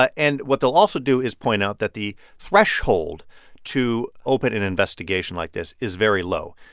ah and what they'll also do is point out that the threshold to open an investigation like this is very low.